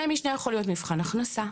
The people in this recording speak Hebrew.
זה יכול להיות מבחן הכנסה.